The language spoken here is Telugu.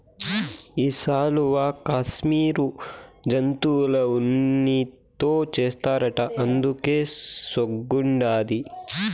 ఈ శాలువా కాశ్మీరు జంతువుల ఉన్నితో చేస్తారట అందుకే సోగ్గుండాది